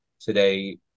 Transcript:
Today